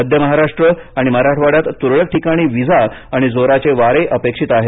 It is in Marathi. मध्य महाराष्ट्र आणि मराठवाड्यात तुरळक ठिकाणी वीजा आणि जोराचे वारे अपेक्षित आहेत